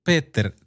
Peter